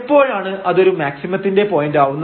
എപ്പോഴാണ് അതൊരു മാക്സിമത്തിന്റെ പോയന്റാവുന്നത്